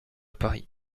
paris